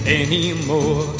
anymore